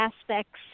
aspects